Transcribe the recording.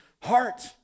heart